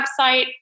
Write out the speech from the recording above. website